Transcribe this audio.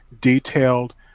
detailed